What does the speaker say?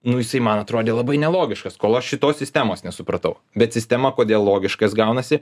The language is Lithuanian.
nu jisai man atrodė labai nelogiškas kol aš šitos sistemos nesupratau bet sistema kodėl logiškas gaunasi